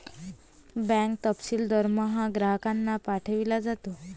bank तपशील दरमहा ग्राहकांना पाठविला जातो